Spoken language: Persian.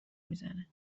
میزه